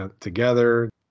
together